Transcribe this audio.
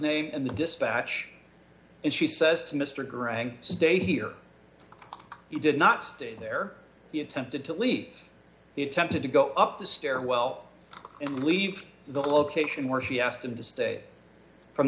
name in the dispatch and she says to mr garang stay here you did not stay there he attempted to leave the attempted to go up the stairwell and leave the location where she asked him to stay from